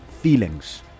feelings